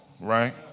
right